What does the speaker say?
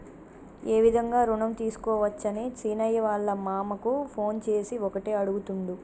ఏ విధంగా రుణం తీసుకోవచ్చని సీనయ్య వాళ్ళ మామ కు ఫోన్ చేసి ఒకటే అడుగుతుండు